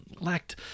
lacked